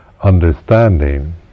understanding